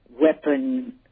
weapon